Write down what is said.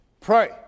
pray